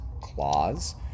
claws